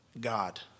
God